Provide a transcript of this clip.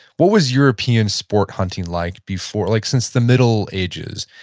what was european sport hunting like before, like since the middle ages?